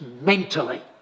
mentally